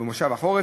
במושב החורף,